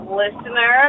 listener